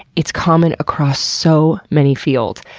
it's common across so many fields.